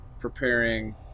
preparing